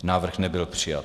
Návrh nebyl přijat.